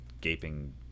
gaping